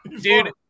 Dude